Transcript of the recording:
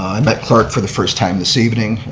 i met clark for the first time this evening,